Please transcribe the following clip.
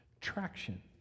traction